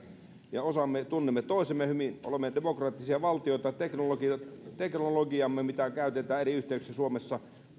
tunnemme toisemme hyvin olemme demokraattisia valtioita ja teknologiamme mitä käytetään eri yhteyksissä suomessa